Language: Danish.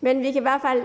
men vi kan i hvert fald